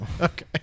Okay